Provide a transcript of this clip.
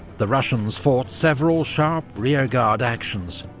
the russians fought several sharp rearguard actions,